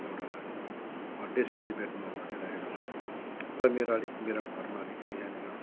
एउटा birthday celebrate म गरिरहेको छु र मेरो अलिक मेरो घरमा अलिकति यहाँनिर